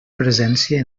presència